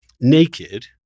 naked